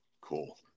Cool